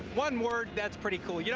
one word, that's pretty cool. yeah